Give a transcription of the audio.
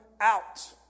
out